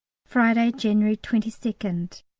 friday, january twenty second.